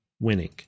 winning